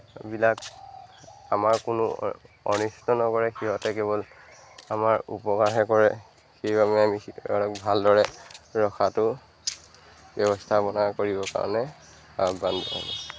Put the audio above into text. এইবিলাক আমাৰ কোনো অনিষ্ট নকৰে সিহঁতে কেৱল আমাৰ উপকাৰহে কৰে সেইবাবে আমি সিহঁতক ভালদৰে ৰখাটো ব্যৱস্থা বনাই কৰিবৰ কাৰণে আহ্বান জনাইছোঁ